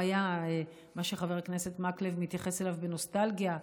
מה שחבר הכנסת מקלב מתייחס אליו בנוסטלגיה,